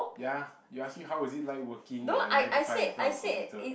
ya you ask me how is it like working a nine to five in front of a computer